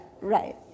right